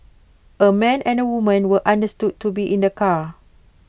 A man and A woman were understood to be in the car